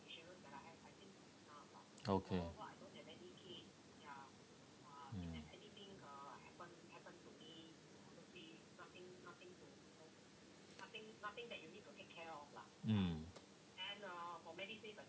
okay mm